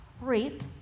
reap